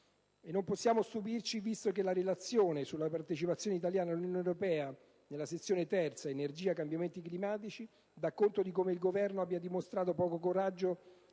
E non possiamo stupirci, visto che la relazione sulla partecipazione italiana all'Unione europea, alla sezione III (energia e cambiamenti climatici), dà conto di come il Governo abbia dimostrato poco coraggio